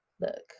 look